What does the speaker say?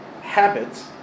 habits